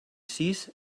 sis